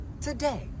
today